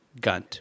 Gunt